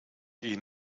ihn